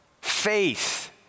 faith